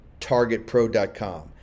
targetpro.com